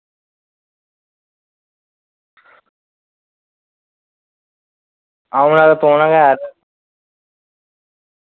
औना ते पौना गै